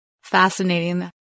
fascinating